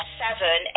seven